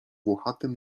włochatym